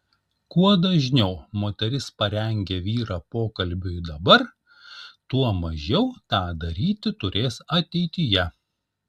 kuo dažniau moteris parengia vyrą pokalbiui dabar tuo mažiau tą daryti turės ateityje